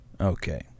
Okay